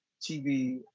TV